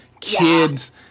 kids